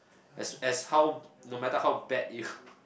as as how no matter how bad it